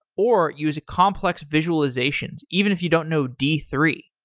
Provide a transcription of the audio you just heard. or use complex visualizations even if you don't know d three.